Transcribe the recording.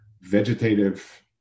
vegetative